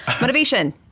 Motivation